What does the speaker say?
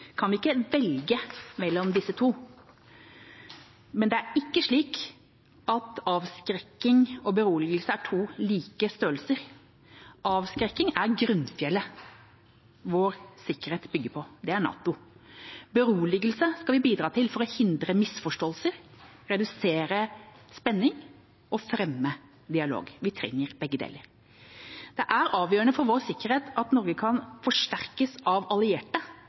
kan vi ikke velge mellom disse to, men det er ikke slik at avskrekking og beroligelse er to like størrelser. Avskrekking er grunnfjellet vår sikkerhet bygger på. Det er NATO. Beroligelse skal vi bidra til for å hindre misforståelser, redusere spenning og fremme dialog. Vi trenger begge deler. Det er avgjørende for vår sikkerhet at Norge kan forsterkes av allierte